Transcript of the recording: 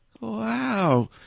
Wow